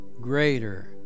Greater